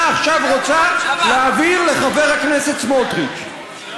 עכשיו רוצה להעביר לחבר הכנסת סמוטריץ.